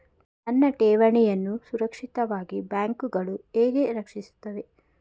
ನನ್ನ ಠೇವಣಿಯನ್ನು ಸುರಕ್ಷಿತವಾಗಿ ಬ್ಯಾಂಕುಗಳು ಹೇಗೆ ರಕ್ಷಿಸುತ್ತವೆ?